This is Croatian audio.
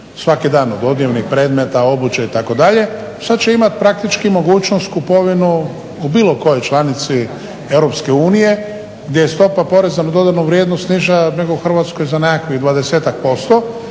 svaki dan, od odjevnih predmeta, obuće itd. Sad će imati praktički mogućnost kupovinu u bilo kojoj članici Europske unije gdje je stopa poreza na dodanu vrijednost niža nego u Hrvatskoj za nekakvih 20-tak